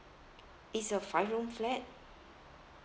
it's a five room flat